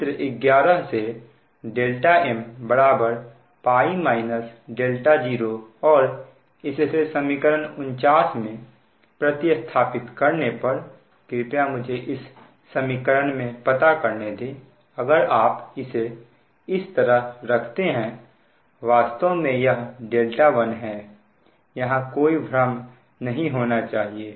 इसलिए चित्र 11 से mπ 0और इसे समीकरण 49 में प्रति स्थापित करने पर कृपया मुझे इस समीकरण में पता करने दे अगर आप इसे इस तरह रखते हैं वास्तव में यह 1 है यहां कोई भी भ्रम नहीं होना चाहिए